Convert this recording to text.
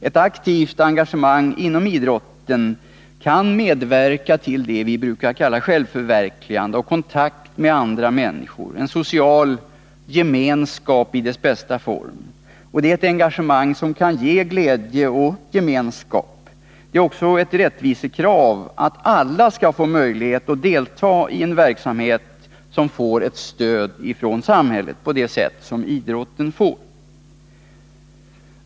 Ett aktivt engagemang inom idrotten kan medverka till att dessa grupper uppnår det vi brukar kalla självförverkligande och till att de får kontakt med andra människor i en social gemenskap i dess bästa form. Det är ett engagemang som kan ge glädje och gemenskap. Det är också ett rättvisekrav att alla skall ha möjlighet att delta i en verksamhet som får ett stöd från samhället på det sätt som idrotten får.